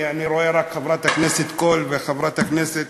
אני רואה רק את חברת הכנסת קול וחברת הכנסת,